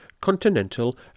Continental